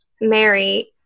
Mary